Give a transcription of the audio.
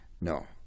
no